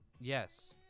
Yes